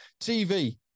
TV